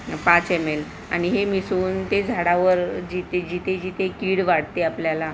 पाच एमएल आणि हे मिसळून ते झाडावर जिथे जिथे जिथे कीड वाटते आपल्याला